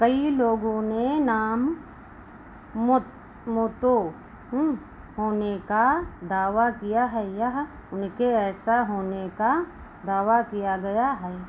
कई लोगों ने नाम मोत मोतो होने का दावा किया है यह उनके ऐसा होने का दावा किया गया है